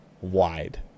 wide